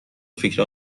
فکر